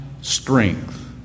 strength